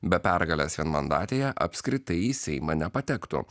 be pergalės vienmandatėje apskritai į seimą nepatektų